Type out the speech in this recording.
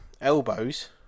elbows